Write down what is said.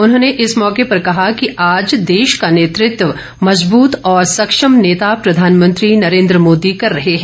उन्होंने इस मौके पर कहा कि आज देश का नेतृत्व मजबूत और सक्षम नेता प्रधानमंत्री नरेन्द्र मोदी कर रहे हैं